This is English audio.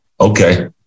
Okay